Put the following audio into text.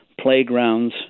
playgrounds